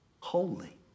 Holy